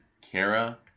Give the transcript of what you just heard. Kara